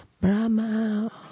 Brahma